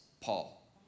Paul